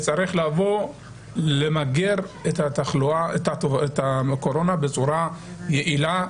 צריך לבוא ולמגר את הקורונה בצורה יעילה,